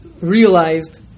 realized